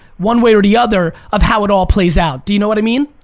one way or the other, of how it all plays out. do you know what i mean?